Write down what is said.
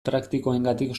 praktikoengatik